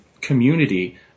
community